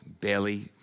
Barely